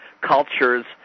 cultures